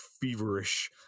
feverish